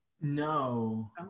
No